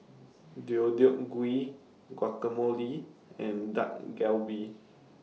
Deodeok Gui Guacamole and Dak Galbi